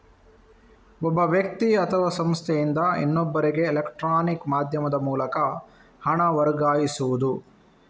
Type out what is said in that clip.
ಒಬ್ಬ ವ್ಯಕ್ತಿ ಅಥವಾ ಸಂಸ್ಥೆಯಿಂದ ಇನ್ನೊಬ್ಬರಿಗೆ ಎಲೆಕ್ಟ್ರಾನಿಕ್ ಮಾಧ್ಯಮದ ಮೂಲಕ ಹಣ ವರ್ಗಾಯಿಸುದು